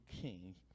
king